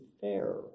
fair